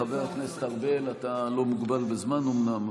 חבר הכנסת ארבל, אתה לא מוגבל בזמן אומנם,